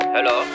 Hello